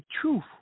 truth